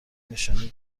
نشانی